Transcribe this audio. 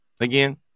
again